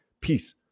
peace